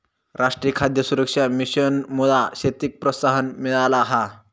राष्ट्रीय खाद्य सुरक्षा मिशनमुळा शेतीक प्रोत्साहन मिळाला हा